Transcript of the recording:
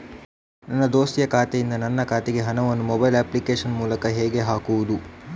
ನನ್ನ ದೋಸ್ತಿಯ ಖಾತೆಯಿಂದ ನನ್ನ ಖಾತೆಗೆ ಹಣವನ್ನು ಮೊಬೈಲ್ ಅಪ್ಲಿಕೇಶನ್ ಮೂಲಕ ಹೇಗೆ ಹಾಕುವುದು?